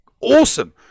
awesome